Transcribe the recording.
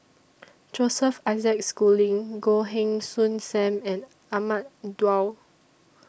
Joseph Isaac Schooling Goh Heng Soon SAM and Ahmad Daud